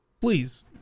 Please